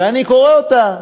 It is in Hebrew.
ואני קורא אותה,